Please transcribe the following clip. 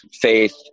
faith